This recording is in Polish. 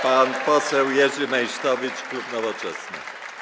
Pan poseł Jerzy Meysztowicz, klub Nowoczesna.